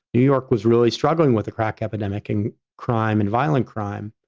new york was really struggling with a crack epidemic and crime and violent crime.